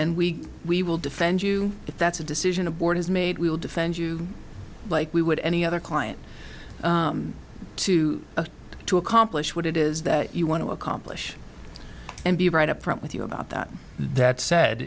then we we will defend you if that's a decision a board is made we will defend you like we would any other client to to accomplish what it is that you want to accomplish and be right up front with you about that that sa